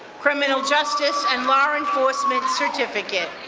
criminal justice and law enforcement certificate.